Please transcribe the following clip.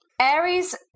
Aries